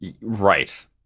right